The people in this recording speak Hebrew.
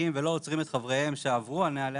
שותקים ולא עוצרים את חבריהם שעברו על נוהלי